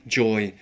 joy